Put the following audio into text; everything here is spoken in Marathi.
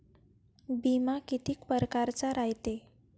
बिमा कितीक परकारचा रायते?